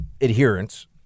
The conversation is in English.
adherence